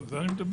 על זה אני מדבר.